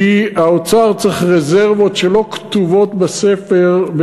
כי האוצר צריך רזרבות שלא כתובות בספר,